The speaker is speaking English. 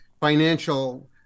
financial